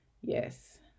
Yes